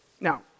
Now